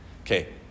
Okay